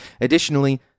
Additionally